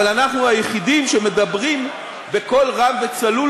אבל אנחנו היחידים שמדברים בקול רם וצלול,